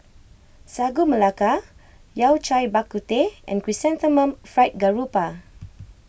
Sagu Melaka Yao Cai Bak Kut Teh and Chrysanthemum Fried Garoupa